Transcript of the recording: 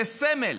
זה סמל.